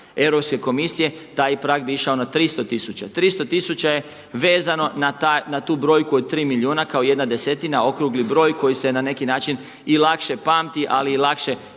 Europske komisije taj prag bi išao na 300 tisuća. 300 tisuća je vezano na tu brojku od tri milijuna kao jedna desetina okrugli broj koji se na neki način i lakše pamti ali i lakše